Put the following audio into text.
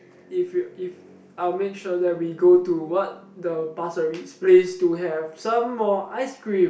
if you if I will make sure that we go to what the Pasir Ris place to have some more ice cream